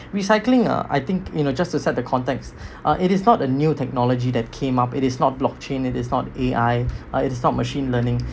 recycling uh I think you know just to set the context uh it is not a new technology that came up it is not block chain it is not A_I uh it is not machine learning